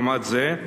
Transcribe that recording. במעמד זה,